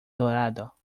dorado